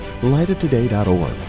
lightoftoday.org